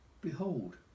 behold